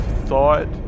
thought